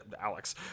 Alex